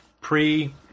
pre